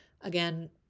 Again